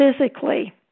Physically